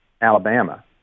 Alabama